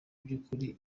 byukuri